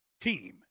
team